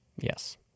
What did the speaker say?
Yes